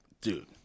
Dude